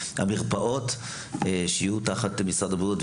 למרפאות שיהיו תחת משרד הבריאות,